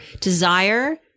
desire